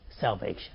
salvation